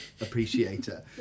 appreciator